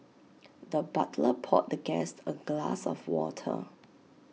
the butler poured the guest A glass of water